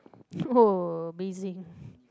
oh amazing